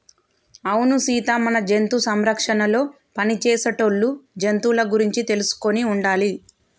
అవును సీత మన జంతు సంరక్షణలో పని చేసేటోళ్ళు జంతువుల గురించి తెలుసుకొని ఉండాలి